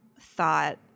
thought